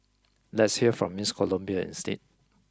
let's hear from Miss Colombia instead